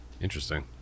Interesting